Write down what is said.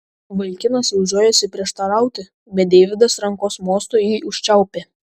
vaikinas jau žiojosi prieštarauti bet deividas rankos mostu jį užčiaupė